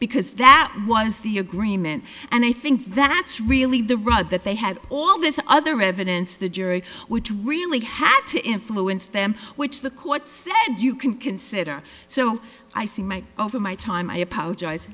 because that was the agreement and i think that's really the right that they had all this other evidence the jury which really had to influence them which the court said you can consider so i see my over my time i apologize